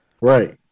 Right